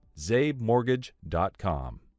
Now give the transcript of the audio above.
ZabeMortgage.com